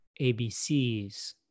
ABCs